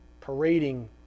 parading